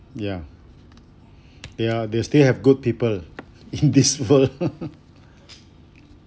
ya there are there still have good people in this world